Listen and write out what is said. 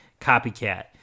Copycat